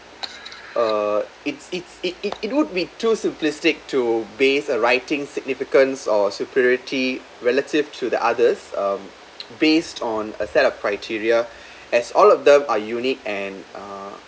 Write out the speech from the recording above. uh it's it's it it it would be too simplistic to base a writing significance or superiority relative to the others um based on a set of criteria as all of them are unique and uh